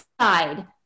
side